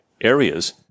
areas